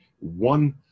One